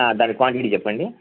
దాని క్వాంటిటీ చెప్పండి